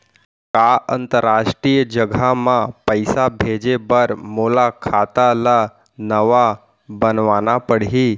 का अंतरराष्ट्रीय जगह म पइसा भेजे बर मोला खाता ल नवा बनवाना पड़ही?